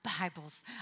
Bible's